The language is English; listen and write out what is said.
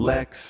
Lex